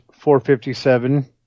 457